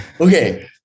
okay